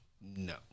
No